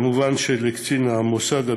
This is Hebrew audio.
מובן שלקצין של